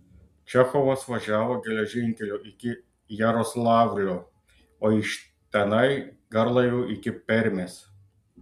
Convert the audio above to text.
čechovas važiavo geležinkeliu iki jaroslavlio o iš tenai garlaiviu iki permės